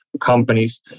companies